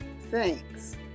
thanks